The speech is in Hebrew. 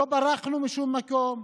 לא ברחנו משום מקום.